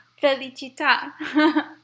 Felicita